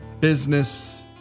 business